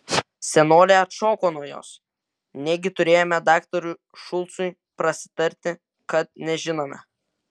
senolė atšoko nuo jos negi turėjome daktarui šulcui prasitarti kad nežinome